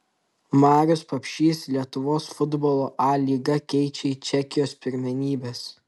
marius papšys lietuvos futbolo a lygą keičia į čekijos pirmenybes